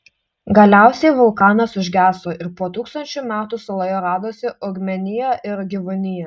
galiausiai vulkanas užgeso ir po tūkstančių metų saloje radosi augmenija ir gyvūnija